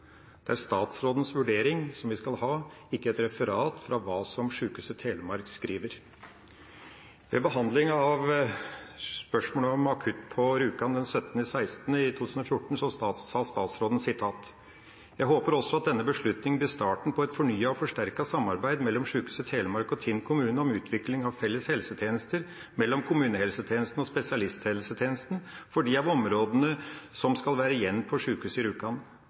Det er statsrådens vurdering vi skal ha, ikke et referat fra hva Sykehuset Telemark skriver. Ved behandlinga av spørsmålet om akutt-tilbudet på Rjukan den 17. juni 2014 sa statsråden: «Jeg håper også at denne beslutningen blir starten på et fornyet og forsterket samarbeid mellom Sykehuset Telemark og Tinn kommune om utviklingen av felles helsetjenester mellom kommunehelsetjenesten og spesialisthelsetjenesten for de av områdene som skal være igjen på sykehuset i